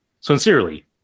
Sincerely